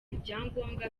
ibyangombwa